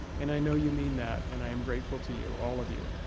and i know you mean that and i am grateful to you, all of you.